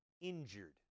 injured